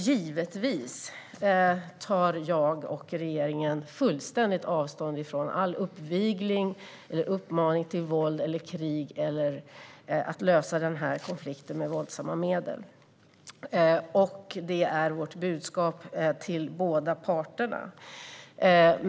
Givetvis tar jag och regeringen fullständigt avstånd från all uppvigling, alla uppmaningar till våld och krig eller att lösa den här konflikten med våldsamma medel. Det är vårt budskap till båda parter.